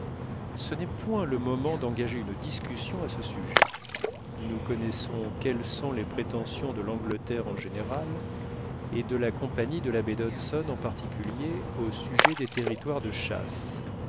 ce n'est point le moment d'engager une discussion à ce sujet nous connaissons quelles sont les prétentions de l'angleterre en général et de la compagnie de la baie d'hudson en particulier au sujet des territoires de chasses